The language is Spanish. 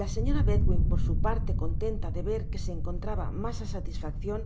la señora bedwin por su parte contenta de ver que se encbntraba mas á satisfaccion